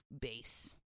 base